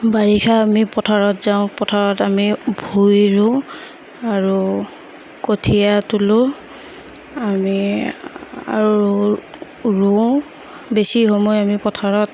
বাৰিষা আমি পথাৰত যাওঁ পথাৰত আমি ভূঁই ৰোওঁ আৰু কঠীয়া তোলোঁ আমি আৰু ৰো ৰোওঁ বেছি সময় আমি পথাৰত